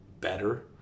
better